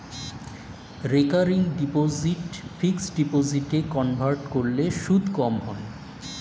recurring deposit fixed ডিপোজিটে convert করলে সুদ কম হয়